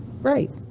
Right